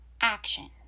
action